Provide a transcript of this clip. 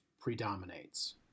predominates